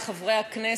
חברי חברי הכנסת,